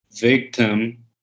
victim